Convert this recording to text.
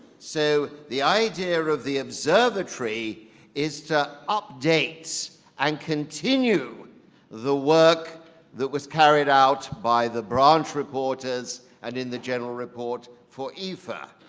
so the idea of the observatory is to update and continue the work that was carried out by the branch reporters and in the general report for efa,